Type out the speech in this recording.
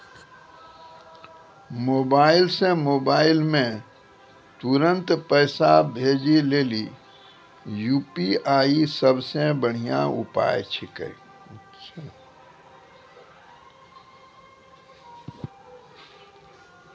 mobile से mobile मे तुरन्त पैसा भेजे लेली यू.पी.आई सबसे बढ़िया उपाय छिकै